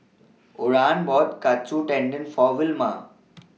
Oran bought Katsu Tendon For Wilma